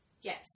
Yes